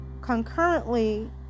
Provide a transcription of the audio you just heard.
concurrently